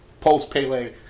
post-Pele